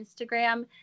Instagram